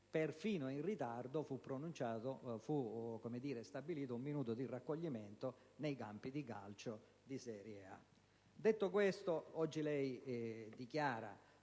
Perfino in ritardo fu stabilito un minuto di raccoglimento nei campi di calcio di serie A.